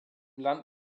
land